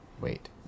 Wait